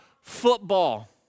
football